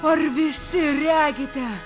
ar visi regite